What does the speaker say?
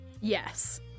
Yes